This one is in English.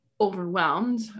overwhelmed